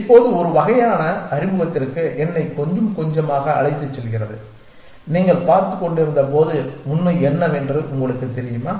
இப்போது இது ஒரு வகையான அறிமுகத்திற்கு என்னை கொஞ்சம் கொஞ்சமாக அழைத்துச் செல்கிறது நீங்கள் பார்த்துக் கொண்டிருந்தபோது உண்மை என்னவென்று உங்களுக்குத் தெரியுமா